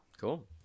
Cool